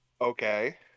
Okay